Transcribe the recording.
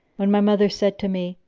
when my mother said to me,